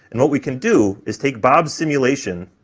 and what we can do is take bob's simulation,